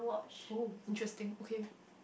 oh interesting okay